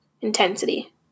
intensity